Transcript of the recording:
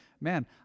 man